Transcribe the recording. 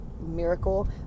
miracle